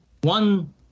One